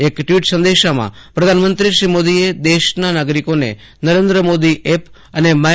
એક ટ્વીટ સંદેશામાં પ્રધાનમંત્રી નરેન્દ્રમોદીએ દેશના નાગરિકોને નરેન્દ્રમોદી એપ અને માય